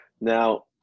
Now